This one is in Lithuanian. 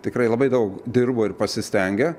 tikrai labai daug dirbo ir pasistengė